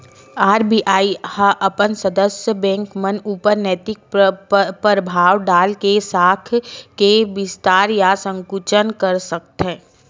RBI ह अपन सदस्य बेंक मन ऊपर नैतिक परभाव डाल के साख के बिस्तार या संकुचन कर सकथे